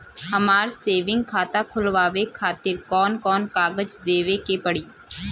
हमार सेविंग खाता खोलवावे खातिर कौन कौन कागज देवे के पड़ी?